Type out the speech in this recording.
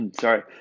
sorry